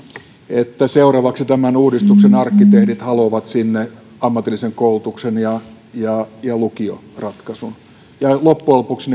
että seuraavaksi tämän uudistuksen arkkitehdit haluavat sinne ammatillisen koulutuksen ja lukioratkaisun loppujen lopuksi